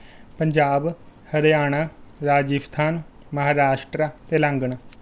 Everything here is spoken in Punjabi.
ਪੰਜਾਬ ਹਰਿਆਣਾ ਰਾਜਸਥਾਨ ਮਹਾਰਾਸ਼ਟਰਾ ਤੇਲਾਂਗਣ